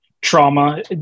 trauma